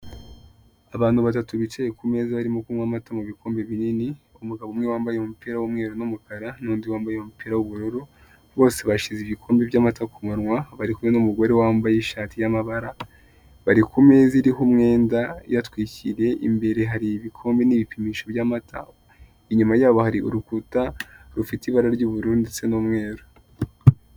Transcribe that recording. Abantu batatu bicaye ku meza barimo kunywa amata mu bikombe binini, umugabo umwe wambaye umupira w'umweru n'umukara n'undi wambaye umupira w'ubururu, bose bashize bikombe by'amata ku munwa bari kumwe n'umugore wambaye ishati y'amabara, bari ku meza iriho umwenda uyatwikiriye, imbere hari igikombe n'ibipimisho by'amata, inyuma yabo hari urukuta rufite ibara y'ubururu ndetse n'umweru.